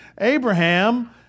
Abraham